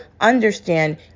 Understand